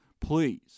Please